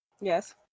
Yes